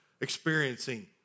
experiencing